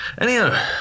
Anyhow